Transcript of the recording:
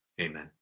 Amen